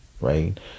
right